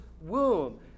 womb